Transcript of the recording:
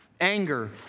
Anger